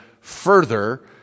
further